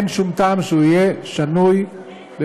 אין שום טעם שהוא יהיה שנוי במחלוקת,